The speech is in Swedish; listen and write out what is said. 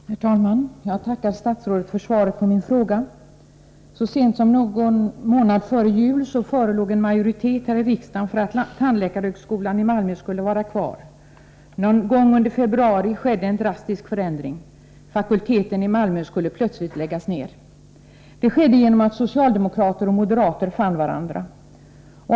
Herr talman! Jag tackar statsrådet för svaret på min fråga. Så sent som någon månad före jul förelåg en majoritet här i riksdagen för att tandläkarhögskolan i Malmö skulle vara kvar. Någon gång under februari skedde en drastisk förändring: fakulteten i Malmö skulle plötsligt läggas ned. Förändringen skedde genom att socialdemokrater och moderater fann varandra.